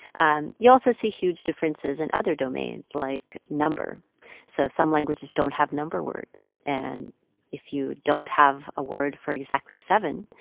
and you also see huge differences in other domains like number so some languages don't have number words. and if you don't have a word for exactly seven,